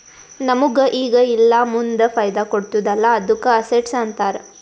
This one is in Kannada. ನಮುಗ್ ಈಗ ಇಲ್ಲಾ ಮುಂದ್ ಫೈದಾ ಕೊಡ್ತುದ್ ಅಲ್ಲಾ ಅದ್ದುಕ ಅಸೆಟ್ಸ್ ಅಂತಾರ್